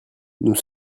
nous